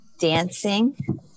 dancing